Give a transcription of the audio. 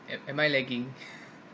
am am I lagging